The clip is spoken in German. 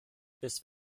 bis